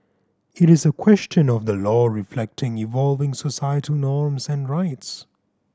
it is a question of the law reflecting evolving societal norms and rights